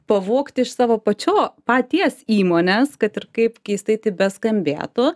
pavogti iš savo pačio paties įmonės kad ir kaip keistai tai beskambėtų